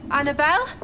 Annabelle